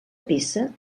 peça